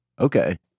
Okay